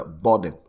body